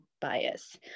bias